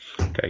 Okay